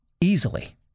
Easily